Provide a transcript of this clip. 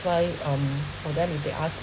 why um for them if they ask